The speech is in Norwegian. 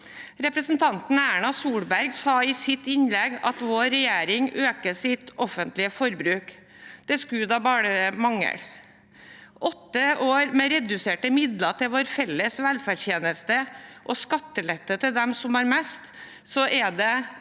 Representanten Erna Solberg sa i sitt innlegg at vår regjering øker sitt offentlige forbruk. Det skulle da bare mangle. Etter åtte år med reduserte midler til vår felles velferdstjeneste og skattelette til dem som har mest, er det